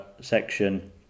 section